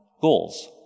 goals